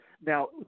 Now